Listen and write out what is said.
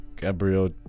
Gabriel